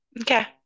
Okay